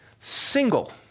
single